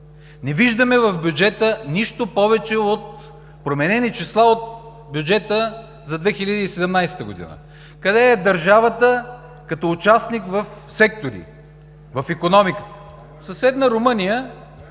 Не виждаме в бюджета нищо повече от променени числа от бюджета за 2017 г. Къде е държавата като участник в секторите, в икономиката?